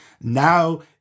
Now